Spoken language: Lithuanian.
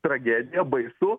tragedija baisu